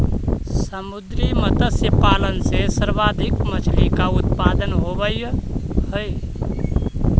समुद्री मत्स्य पालन से सर्वाधिक मछली का उत्पादन होवअ हई